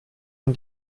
man